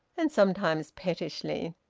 and sometimes pettishly.